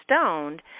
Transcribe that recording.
stoned